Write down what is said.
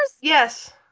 Yes